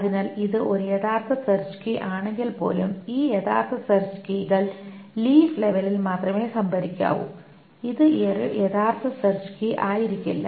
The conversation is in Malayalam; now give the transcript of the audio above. അതിനാൽ ഇത് ഒരു യഥാർത്ഥ സെർച്ച് കീ ആണെങ്കിൽപ്പോലും ഈ യഥാർത്ഥ സെർച്ച് കീകൾ ലീഫ് ലെവലിൽ മാത്രമേ സംഭരിക്കാവൂ ഇത് ഒരു യഥാർത്ഥ സെർച്ച് കീ ആയിരിക്കില്ല